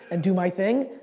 and do my thing,